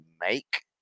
make